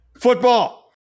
Football